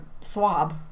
swab